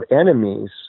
enemies